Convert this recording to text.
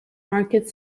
market